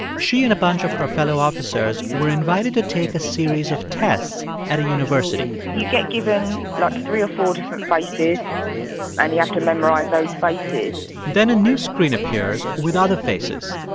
she and a bunch of her fellow officers were invited to take a series of tests at a university you get given, like, three or four different faces and you have to memorize those faces then a new screen appears with other faces.